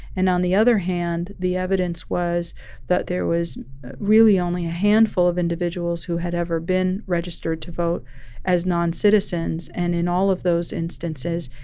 and on the other hand, the evidence was that there was really only a handful of individuals who had ever been registered to vote as non-citizens. and in all of those instances,